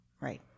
right